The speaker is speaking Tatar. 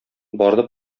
барды